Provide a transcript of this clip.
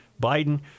Biden